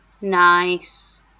Nice